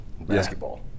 basketball